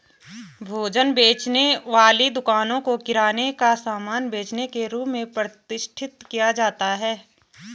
भोजन बेचने वाली दुकानों को किराने का सामान बेचने के रूप में प्रतिष्ठित किया जाता है